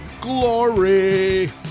glory